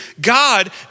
God